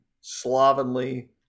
slovenly